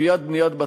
אם נעשה את זה מייד,